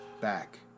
Back